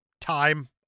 time